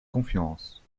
confiance